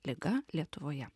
liga lietuvoje